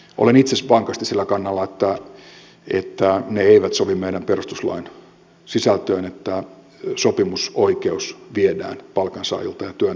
olen itse vankasti sillä kannalla että ei sovi meidän perustuslain sisältöön että sopimusoikeus viedään palkansaajilta ja työnantajilta